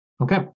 Okay